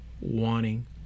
wanting